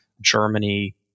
Germany